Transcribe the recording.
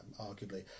arguably